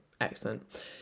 excellent